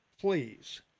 Please